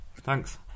Thanks